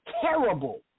terrible